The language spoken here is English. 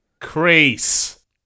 crease